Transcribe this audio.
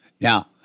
Now